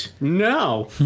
No